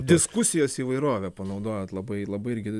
diskusijos įvairovė panaudot labai labai irgi